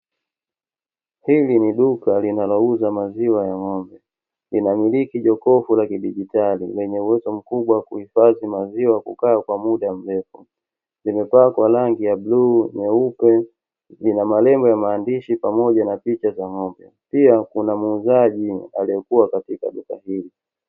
Hili ni duka linalouza maziwa ya ngo'mbe lina miliki jokofu la kidigitali lenye uwezo mkubwa kuhifadhi maziwa kukaa kwa muda mrefu, limepakwa rangi ya bluu, nyeupe, lina maneno ya maandishi pamoja na picha za ng'ombe, pia kuna muuzaji aliyekua katika duka hili.